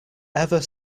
ever